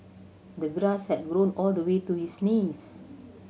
the grass had grown all the way to his knees